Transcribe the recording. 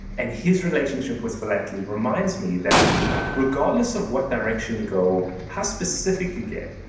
and his relationship with philately reminds me that regardless of what direction you go, how specific you get,